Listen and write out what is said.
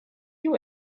you